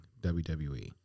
WWE